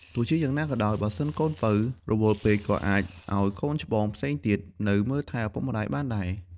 ទោះជាយ៉ាងណាក៏ដោយ បើសិនកូនពៅរវល់ពេក ក៏អាចឲ្យកូនច្បងផ្សេងទៀត នៅមើលថែឪពុកម្តាយបានដែរ។